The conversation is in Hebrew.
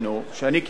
שאני קיבלתי,